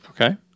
Okay